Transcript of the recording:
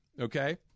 okay